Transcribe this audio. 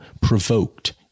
provoked